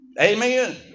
Amen